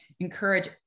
encourage